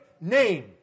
name